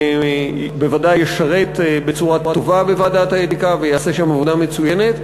ובוודאי ישרת בצורה טובה בוועדת האתיקה ויעשה שם עבודה מצוינת,